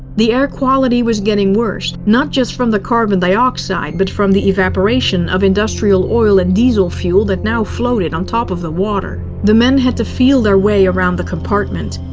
the air quality was getting worse, not just from the carbon dioxide but from the evaporation of industrial oil and diesel fuel that now floated on top of the water. the men had to feel their way around the compartment.